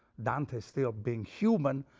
dante is still being human,